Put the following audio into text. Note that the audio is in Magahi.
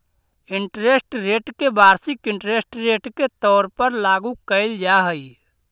इंटरेस्ट रेट के वार्षिक इंटरेस्ट रेट के तौर पर लागू कईल जा हई